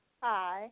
Hi